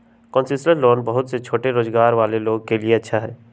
concessional loan में बहुत सा छोटा रोजगार वाला लोग ला ई अच्छा हई